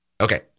Okay